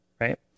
right